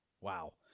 Wow